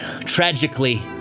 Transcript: Tragically